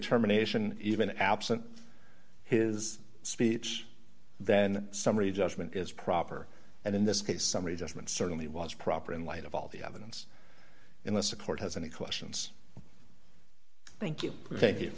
termination even absent his speech then summary judgment is proper and in this case somebody doesn't certainly was proper in light of all the evidence unless the court has any questions thank you thank you